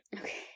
Okay